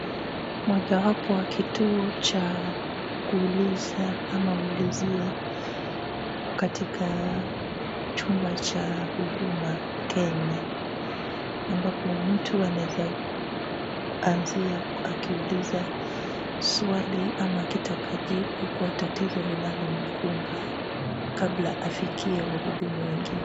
Mojawapo wa kituo cha kuulizia katika chumba cha huduma Kenya ambapo mtu anaeza anzia akiuliza swali ama akitaka jibu kwa tatizo linalomkumba kabla afikie wahudumu wengine.